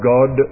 God